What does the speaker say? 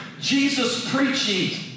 Jesus-preaching